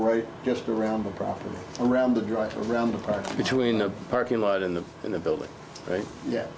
right just around the property around the drive around the park between the parking lot in the in the building right yeah